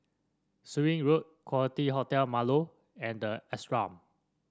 Surin Road Quality Hotel Marlow and the Ashram